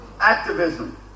activism